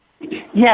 Yes